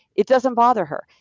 it doesn't bother her.